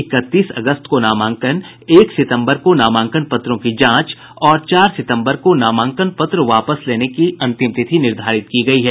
इकतीस अगस्त को नामांकन एक सितम्बर को नामांकन पत्रों की जांच और चार सितम्बर को नामांकन पत्र वापस लेने की तिथि निर्धारित की गयी है